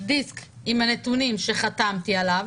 דיסק עם הנתונים שחתמתי עליו,